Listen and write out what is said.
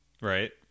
right